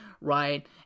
right